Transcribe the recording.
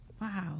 Wow